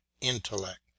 intellect